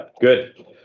Good